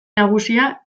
nagusia